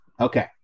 okay